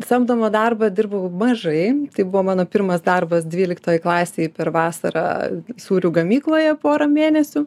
samdomą darbą dirbau mažai tai buvo mano pirmas darbas dvyliktoj klasėj per vasarą sūrių gamykloje porą mėnesių